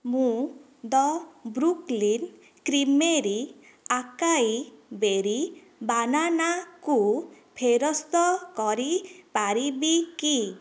ମୁଁ the' Brooklyn creamery acai berry ବାନାନାକୁ ଫେରସ୍ତ କରି ପାରିବି କି